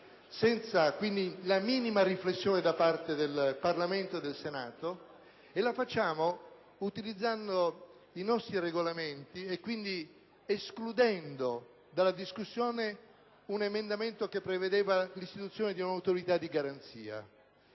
senza la minima riflessione da parte del Parlamento ed utilizzando i nostri Regolamenti, quindi escludendo dalla discussione un emendamento che prevedeva l'istituzione di un'autorità di garanzia.